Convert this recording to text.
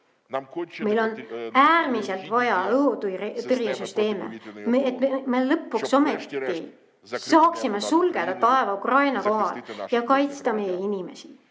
Meil on äärmiselt vaja õhutõrjesüsteeme, et me lõpuks ometi saaksime sulgeda taeva Ukraina kohal ja kaitsta meie inimesi.